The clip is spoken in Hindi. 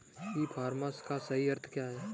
ई कॉमर्स का सही अर्थ क्या है?